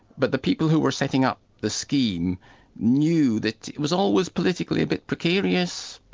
but the people who were setting up the scheme knew that it was always politically a bit precarious.